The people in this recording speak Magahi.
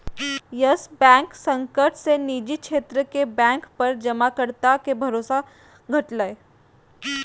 यस बैंक संकट से निजी क्षेत्र के बैंक पर जमाकर्ता के भरोसा घटलय